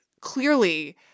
clearly